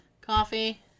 coffee